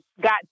got